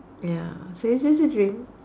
ya so it's just a dream